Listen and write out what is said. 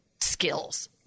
skills